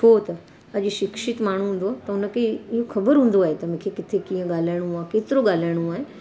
छो त अॼु शिक्षित माण्हू हूंदो त उनखे इ इहो ख़बर हूंदो आहे त मूंखे किथे कीअं ॻाल्हाइणो आहे केतिरो ॻाल्हाइणो आहे